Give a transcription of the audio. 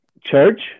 Church